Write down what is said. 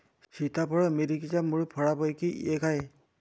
सीताफळ अमेरिकेच्या मूळ फळांपैकी एक आहे